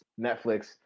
Netflix